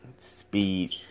speed